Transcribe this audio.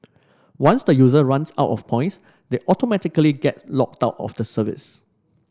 once the user runs out of points they automatically get locked out of the service